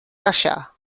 russia